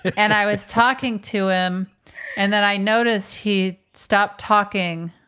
and i was talking to him and then i noticed he stopped talking.